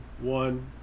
one